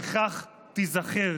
וכך תיזכר